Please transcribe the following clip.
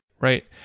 Right